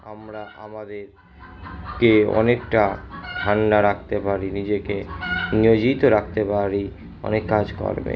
আমরা আমাদেরকে অনেকটা ঠান্ডা রাখতে পারি নিজেকে নিয়োজিত রাখতে পারি অনেক কাজকর্মে